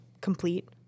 complete